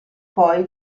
poi